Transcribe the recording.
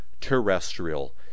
terrestrial